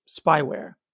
spyware